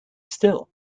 still